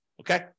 Okay